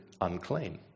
unclean